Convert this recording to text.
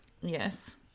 Yes